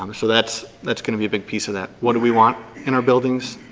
um so that's that's gonna be a big piece of that. what do we want in our buildings?